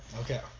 okay